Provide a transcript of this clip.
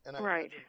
Right